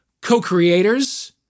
co-creators